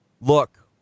look